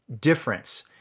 difference